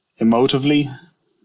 emotively